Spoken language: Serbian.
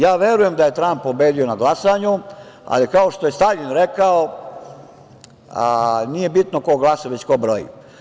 Ja verujem da je Tramp pobedio na glasanju, ali kao što je Staljin rekao – nije bitno ko glasa, već ko broji.